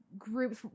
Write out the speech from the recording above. Groups